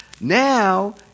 now